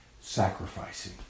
sacrificing